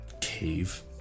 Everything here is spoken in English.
cave